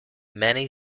many